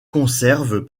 conservent